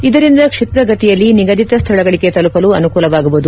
ಇದರಿಂದ ಕ್ಷಿಪ್ರ ಗತಿಯಲ್ಲಿ ನಿಗದಿತ ಸ್ಥಳಗಳಿಗೆ ತಲುಪಲು ಅನುಕೂಲವಾಗುವುದು